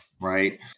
right